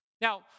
Now